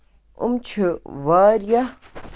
یِم چھِ واریاہ